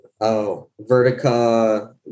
Vertica